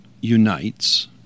unites